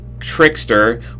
trickster